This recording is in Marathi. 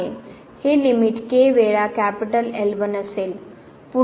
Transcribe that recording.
तर हे लिमिट वेळा असेल